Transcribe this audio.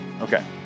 okay